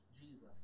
Jesus